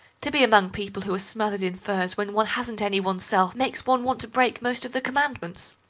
to be among people who are smothered in furs when one hasn't any oneself makes one want to break most of the commandments.